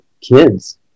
kids